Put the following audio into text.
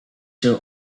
show